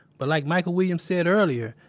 but like michael williams said earlier,